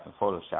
Photoshop